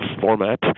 format